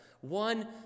One